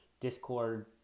Discord